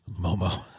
Momo